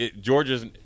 Georgia's